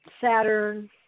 Saturn